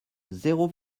zéro